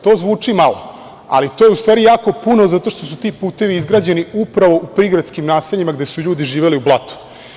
To zvuči malo, ali to je u stvari jako puno, zato što su ti putevi izgrađeni upravo u prigradskim naseljima gde su ljudi živeli u blatu.